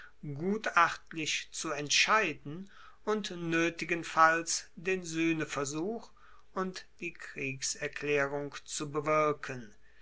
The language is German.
gutachtlich zu entscheiden und noetigenfalls den suehneversuch und die kriegserklaerung zu bewirken